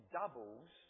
doubles